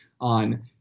on